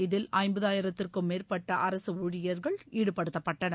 இதில் ஐம்பதாயிரத்திற்கும் மேற்பட்ட அரசு ஊழியர்கள் ஈடுபடுத்தப்பட்டனர்